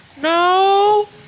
No